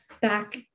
back